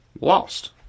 Lost